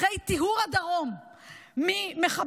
אחרי טיהור הדרום ממחבלים,